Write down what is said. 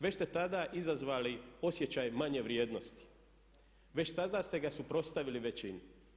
Već ste tada izazvali osjećaj manje vrijednosti, već tada ste ga suprotstavili većini.